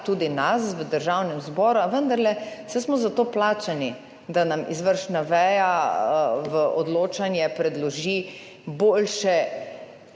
tudi nas v Državnem zboru a vendarle saj smo za to plačani da nam izvršna veja v odločanje predloži boljše